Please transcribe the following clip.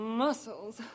muscles